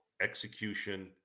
execution